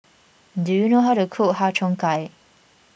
do you know how to cook Har Cheong Gai